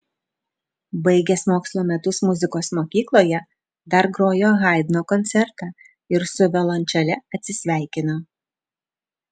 baigęs mokslo metus muzikos mokykloje dar grojo haidno koncertą ir su violončele atsisveikino